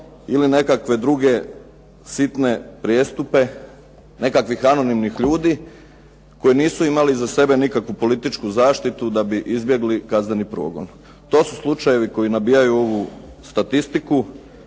ili nekakve druge sitne prijestupe nekakvih anonimnih ljudi koji nisu imali iza sebe nikakvu političku zaštitu da bi izbjegli kazneni progon. To su slučajevi koji nabijaju ovu statistiku